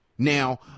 Now